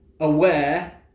aware